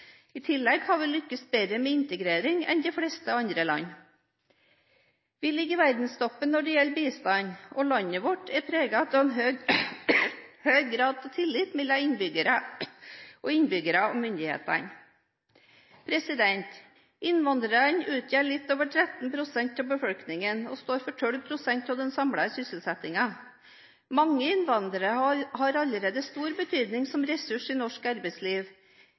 I tillegg har vi lyktes bedre med integrering enn de fleste andre land. Vi ligger i verdenstoppen når det gjelder bistand, og landet vårt er preget av en høy grad av tillit mellom innbyggerne og mellom innbyggere og myndighetene. Innvandrere utgjør litt over 13 pst. av befolkningen og står for 12 pst. av den samlede sysselsettingen. Mange innvandrere har allerede stor betydning som en ressurs i norsk arbeidsliv,